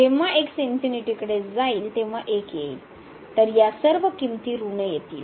जेव्हा x कडे जाईल तेव्हा 1 येईल तर ह्या सर्व किंमती ऋण येतील